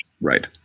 Right